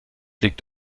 liegt